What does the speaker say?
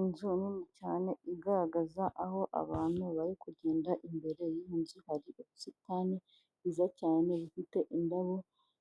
Inzu nini cyane igaragaza aho abantu bari kugenda, imbere y'iyi nzu hari ubusitani bwiza cyane bufite indabo